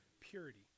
Purity